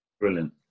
Brilliant